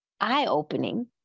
eye-opening